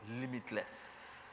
limitless